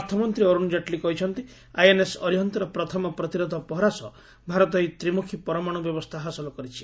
ଅର୍ଥମନ୍ତୀ ଅରୁଣ ଜେଟ୍ଲୀ କହିଛନ୍ତି ଆଇଏନ୍ଏସ୍ ଅରିହନ୍ତର ପ୍ରଥମ ପ୍ରତିରୋଧ ପହରା ସହ ଭାରତ ଏହି ତ୍ରିମୁଖୀ ପରମାଣୁ ବ୍ୟବସ୍ଥା ହାସଲ କରିଛି